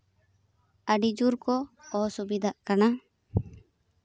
ᱟᱹᱰᱤᱡᱳᱨ ᱠᱚ ᱚᱥᱩᱵᱤᱫᱷᱟᱜ ᱠᱟᱱᱟ